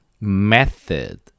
Method